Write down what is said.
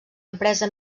empresa